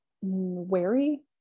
wary